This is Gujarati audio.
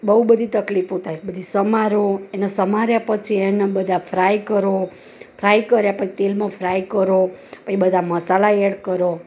બહુ બધી તકલીફો થાય બધી સમારો અને સમાર્યા પછી એને બધા ફ્રાય કરો ફ્રાય કર્યા પછી તેલમાં ફ્રાય કરો પછી બધા મસાલા એડ કરો